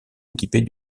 équipés